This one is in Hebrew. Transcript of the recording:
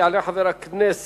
יעלה חבר הכנסת